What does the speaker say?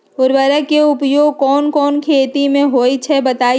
उर्वरक के उपयोग कौन कौन खेती मे होई छई बताई?